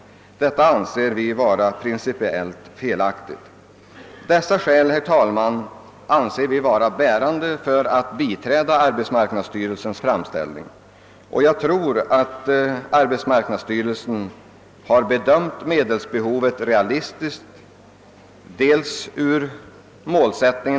Detta anser vi vara principiellt felaktigt. Det är en övervältring av statens utgifter på de svagaste skattebetalarna. De anförda skälen finner vi, herr talman, vara bärande för att biträda arbetsmarknadsstyrelsens framställning.